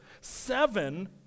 seven